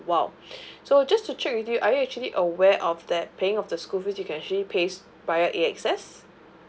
a while so just to check with you are you actually aware of that paying of the schools you can actually pays via A_X_S